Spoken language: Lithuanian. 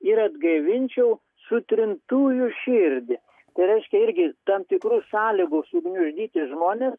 ir atgaivinčiau sutrintųjų širdį tai reiškia irgi tam tikrų sąlygų sugniuždyti žmonės